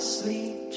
sleep